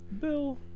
Bill